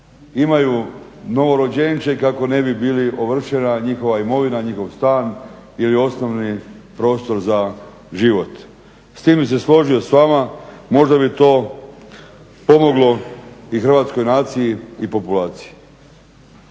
imaju novorođenče kako ne bi bila ovršena njihova imovina, njihov stan ili osnovni prostor za život. S time bih se složio s vama, možda bi to pomoglo i hrvatskoj naciji i populaciji.